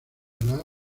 larga